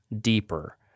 deeper